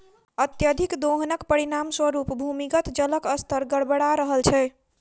अत्यधिक दोहनक परिणाम स्वरूप भूमिगत जलक स्तर गड़बड़ा रहल छै